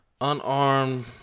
Unarmed